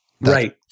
Right